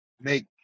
make